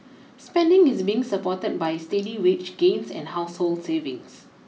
spending is being supported by steady wage gains and household savings